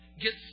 get